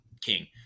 king